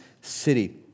city